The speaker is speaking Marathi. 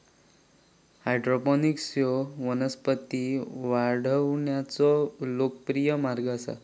हायड्रोपोनिक्स ह्यो वनस्पती वाढवण्याचो लोकप्रिय मार्ग आसा